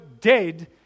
dead